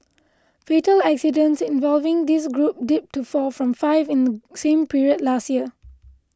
fatal accidents involving this group dipped to four from five in the same period last year